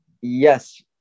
Yes